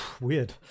Weird